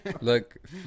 Look